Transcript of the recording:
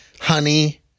honey